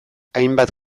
hainbat